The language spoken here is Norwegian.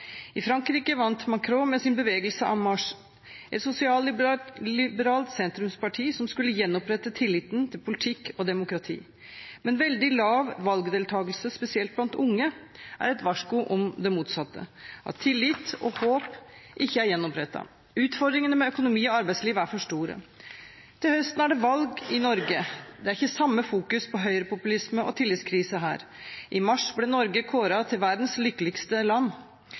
I Frankrike vant Macron med sin bevegelse «En Marche!», et sosialliberalt sentrumsparti som skulle gjenopprette tilliten til politikk og demokrati. Men veldig lav valgdeltakelse, spesielt blant unge, er et varsko om det motsatte, at tillit og håp ikke er gjenopprettet. Utfordringene med økonomi og arbeidsliv er for store. Til høsten er det valg i Norge. Det fokuseres ikke like sterkt på høyrepopulisme og tillitskrise her. I mars ble Norge kåret til verdens lykkeligste land.